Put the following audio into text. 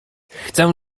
chcę